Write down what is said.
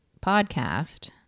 podcast